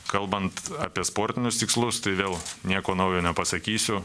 kalbant apie sportinius tikslus tai vėl nieko naujo nepasakysiu